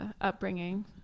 upbringing